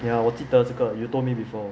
ya 记得这个 you told me before